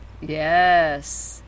Yes